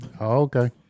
okay